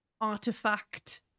artifact